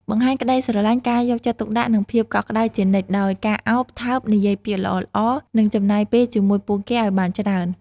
បង្ហាញក្តីស្រលាញ់ ការយកចិត្តទុកដាក់ និងភាពកក់ក្តៅជានិច្ច ដោយការឱប ថើប និយាយពាក្យល្អៗ និងចំណាយពេលជាមួយពួកគេឲ្យបានច្រើន។